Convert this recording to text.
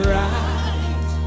right